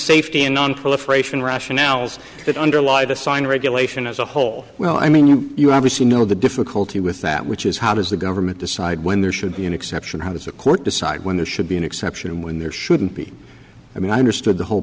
safety and nonproliferation rationales that underlie the sign regulation as a whole well i mean you you obviously know the difficulty with that which is how does the government decide when there should be an exception how does a court decide when the should be an exception when there shouldn't be i mean i understood the whole